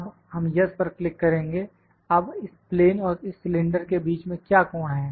अब हम यस पर क्लिक करेंगे अब इस प्लेन और इस सिलेंडर के बीच में क्या कोण है